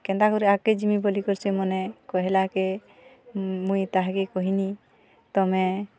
କେନ୍ତା କରି ଆଗକେ ଯିମି ବୋଲିକରି ସେମାନେ କହେଲାକେ ମୁଇଁ ତାହାକେ କହିନି ତମେ